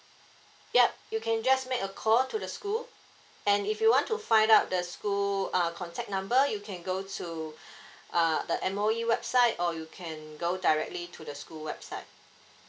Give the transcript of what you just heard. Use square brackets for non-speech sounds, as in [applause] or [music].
yup you can just make a call to the school and if you want to find out the school uh contact number you can go to [breath] uh the M_O_E website or you can go directly to the school website